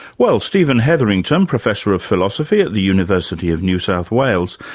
well, stephen hetherington, professor of philosophy at the university of new south wales,